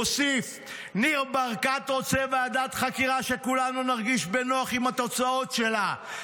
הוסיף: ניר ברקת רוצה ועדת חקירה שכולנו נרגיש בנוח עם התוצאות שלה.